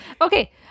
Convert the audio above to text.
Okay